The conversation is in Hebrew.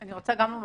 אני גם רוצה לומר